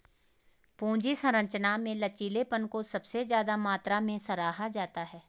पूंजी संरचना में लचीलेपन को सबसे ज्यादा मात्रा में सराहा जाता है